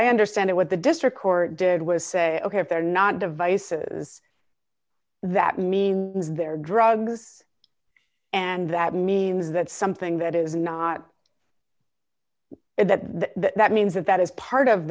i understand it what the district court did was say ok if they're not devices that means their drugs and that means that something that is not that that means that that is part of